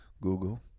Google